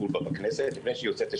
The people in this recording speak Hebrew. אתם מדברים על